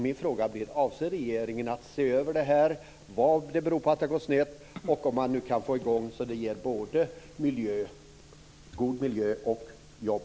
Min fråga är: Avser regeringen att ser över detta, vad det beror på att det har gått snett, och om man kan få igång arbetet så att det ger både god miljö och jobb?